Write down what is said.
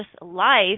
life